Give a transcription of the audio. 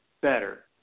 better